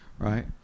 Right